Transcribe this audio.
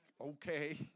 okay